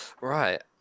Right